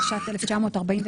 התשע"ט-1949,